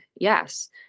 yes